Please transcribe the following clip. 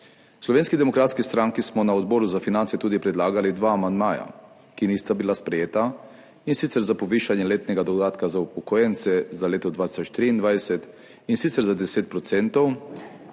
Slovenski demokratski stranki smo na Odboru za finance tudi predlagali dva amandmaja, ki nista bila sprejeta, in sicer za povišanje letnega dodatka za upokojence za leto 2023, in sicer za 10